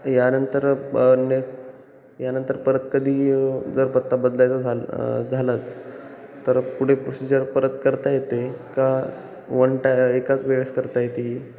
यानंतर प ने यानंतर परत कधी जर पत्ता बदलायचा झाल् झालाच तर पुढे प्रोसिजर परत करता येते का वन टा एकाच वेळेस करता येते ही